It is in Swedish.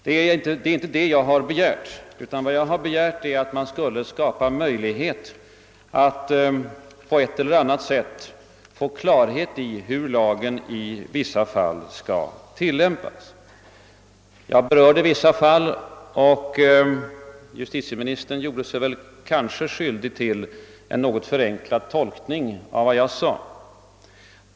Det är inte detta jag har begärt, utan vad jag har begärt är att man skall skapa möjlighet att på ett eller annat sätt få klarhet i hur lagen i vissa fall skall tillämpas. Jag berörde vissa fall, och justitieministern gjorde sig kanske skyldig tilf en något förenklad tolkning av vad jag sade.